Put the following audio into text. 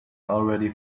already